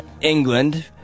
England